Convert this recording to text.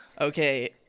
Okay